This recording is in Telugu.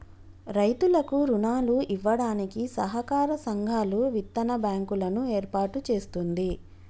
రైతులకు రుణాలు ఇవ్వడానికి సహకార సంఘాలు, విత్తన బ్యాంకు లను ఏర్పాటు చేస్తుంది